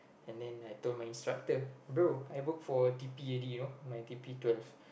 and then I told my instructor bro I booked for t_p already you know my t_p twelve